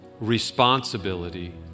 responsibility